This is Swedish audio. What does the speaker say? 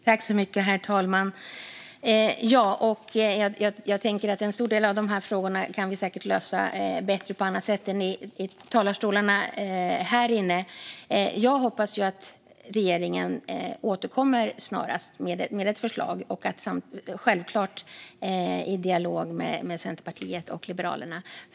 Herr talman! En stor del av dessa frågor kan vi säkert lösa bättre på annat sätt än i talarstolarna här. Jag hoppas att regeringen snarast återkommer med ett förslag, självklart i dialog med Centerpartiet och Liberalerna.